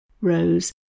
rose